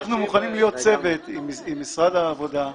אנחנו מוכנים להיות צוות עם משרד העבודה,